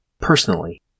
personally